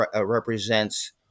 represents